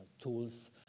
tools